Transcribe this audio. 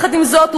עם זאת,